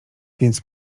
więc